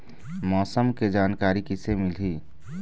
मौसम के जानकारी किसे मिलही?